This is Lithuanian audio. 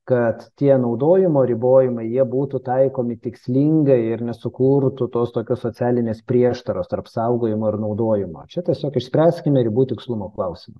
kad tie naudojimo ribojimai jie būtų taikomi tikslingai ir nesukurtų tos tokios socialinės prieštaros tarp saugojimo ir naudojimo čia tiesiog išspręskime ribų tikslumo klausimą